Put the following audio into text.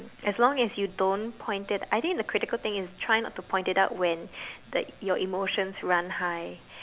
as long as you don't point it I think the critical thing is try not to point it out when your emotions run high